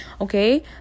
okay